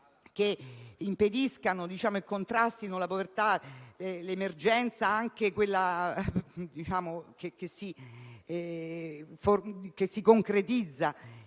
che impediscano e contrastino la povertà e l'emergenza, anche quella che si concretizza